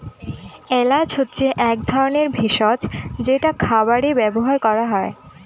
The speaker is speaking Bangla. এলাচ হচ্ছে এক ধরনের ভেষজ যেটা খাবারে ব্যবহার করা হয়